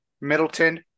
Middleton